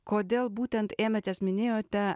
kodėl būtent ėmėtės minėjote